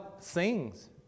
sings